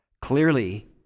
Clearly